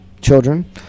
children